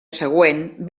següent